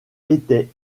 étaient